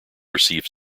received